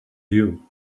you